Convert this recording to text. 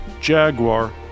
Jaguar